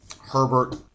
Herbert